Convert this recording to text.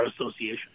association